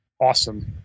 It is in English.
awesome